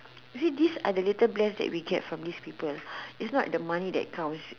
you see this are the little bless that we get from this people it's not the money that counts